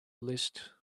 list